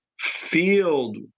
Filled